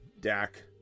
Dak